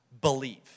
believe